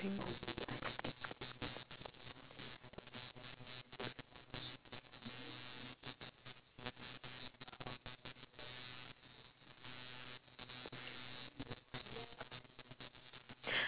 ~ing